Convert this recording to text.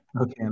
Okay